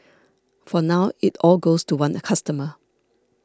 for now it all goes to one a customer